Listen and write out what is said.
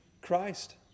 Christ